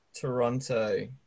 Toronto